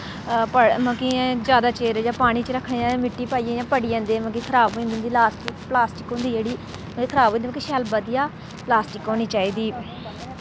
मतलब कि इ'यां जैदा चिर जां पानी च रक्खने जां मिट्टी पाइयै इ'यां पड़ी जंदे मतलब कि खराब होई जंदे उं'दी लास्टिक पलास्टिक होंदी जेह्ड़ी मतलब खराब होई जंदी मतलब कि शैल बधिया पलास्टिक होनी चाहिदी